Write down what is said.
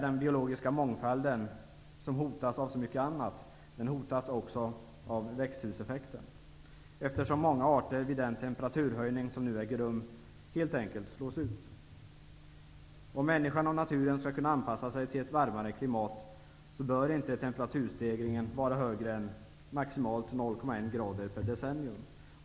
Den biologiska mångfalden som hotas av så mycket annat, hotas också av växthuseffekten, eftersom många arter vid den temperaturhöjning som nu äger rum helt enkelt slås ut. Om människan och naturen skall kunna anpassa sig till ett varmare klimat bör inte temperaturstegringen vara högre än 0,1 grad per decennium.